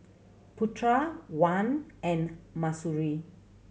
Putra Wan and Mahsuri